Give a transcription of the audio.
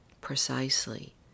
precisely